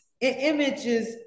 images